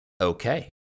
okay